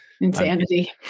insanity